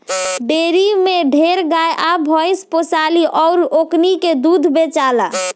dairy में ढेरे गाय आ भइस पोसाली अउर ओकनी के दूध बेचाला